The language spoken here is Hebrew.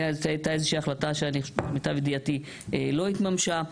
הייתה איזה שהיא החלטה שלמיטב ידיעתי לא התממשה.